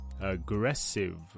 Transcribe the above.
aggressive